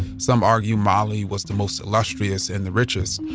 some argue mali was the most illustrious and the richest.